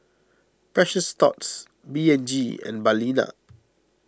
Precious Thots P and G and Balina